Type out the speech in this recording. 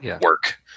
work